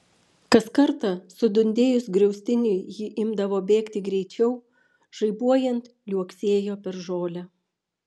kas kartą sudundėjus griaustiniui ji imdavo bėgti greičiau žaibuojant liuoksėjo per žolę